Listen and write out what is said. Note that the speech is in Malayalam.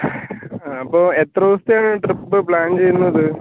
ആ അപ്പോൾ എത്ര ദിവസത്തെയാണ് ട്രിപ്പ് പ്ലാൻ ചെയ്യുന്നത്